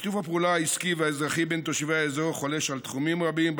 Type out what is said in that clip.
שיתוף הפעולה העסקי והאזרחי בין תושבי האזור חולש על תחומים רבים,